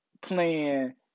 playing